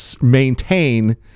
maintain